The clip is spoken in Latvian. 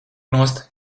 nost